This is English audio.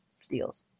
steals